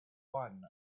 one